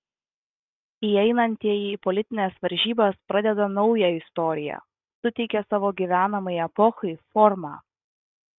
įeinantieji į politines varžybas pradeda naują istoriją suteikia savo gyvenamai epochai formą